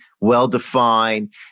well-defined